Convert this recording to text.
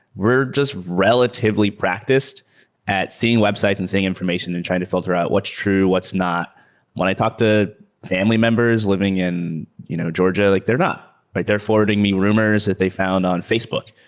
we're just relatively practiced at seeing website and seeing information and to filter out what's true, what's not when i talk to family members living in you know georgia, like they're not but they're forwarding me rumors that they found on facebook.